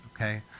okay